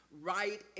right